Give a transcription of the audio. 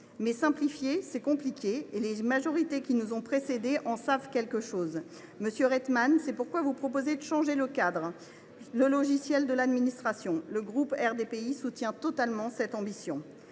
Mais simplifier, c’est compliqué. Les majorités qui nous ont précédés en savent quelque chose. Monsieur Rietmann, c’est la raison pour laquelle vous proposez de changer le cadre, le logiciel de l’administration. Le groupe RDPI soutient totalement cette ambition.